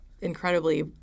incredibly